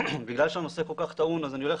בגלל שהנושא כל כך טעון אז אני הולך